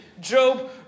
Job